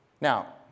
Now